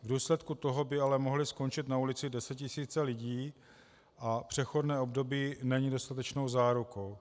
V důsledku toho by ale mohly skončit na ulici desetitisíce lidí, a přechodné období není dostatečnou zárukou.